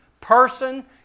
person